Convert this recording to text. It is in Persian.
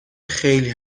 خیلی